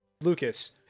Lucas